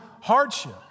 hardship